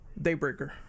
Daybreaker